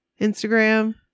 instagram